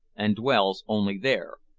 and dwells only there,